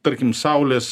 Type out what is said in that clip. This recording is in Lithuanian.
tarkim saulės